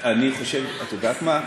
את יודעת מה?